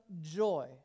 joy